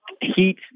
heat